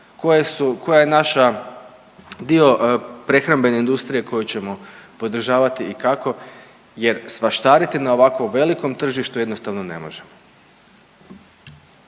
koja je naša dio prehrambene industrije koju ćemo podržavati i kako, jer svaštariti na ovako velikom tržištu jednostavno ne možemo.